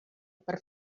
per